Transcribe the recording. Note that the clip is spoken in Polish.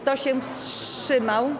Kto się wstrzymał?